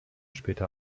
später